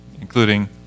including